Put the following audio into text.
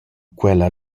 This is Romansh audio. quella